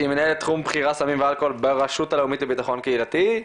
שהיא מנהלת תחום בחירה סמים ואלכוהול ברשות הלאומית לבטחון קהילתי,